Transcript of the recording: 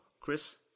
Chris